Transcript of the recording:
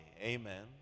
Amen